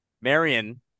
Marion